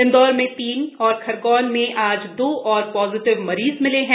इंदौर में तीन और खरगोन में आज दो और पॉजिटिव मरीज मिले हैं